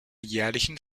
jährlichen